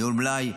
ניהול מלאי,